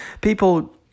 people